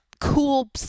cool